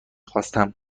خواستم